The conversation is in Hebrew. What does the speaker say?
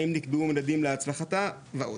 האם נקבעו מדדים להצלחתה ועוד.